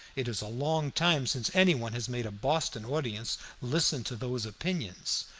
it is a long time since any one has made a boston audience listen to those opinions.